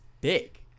big